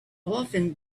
often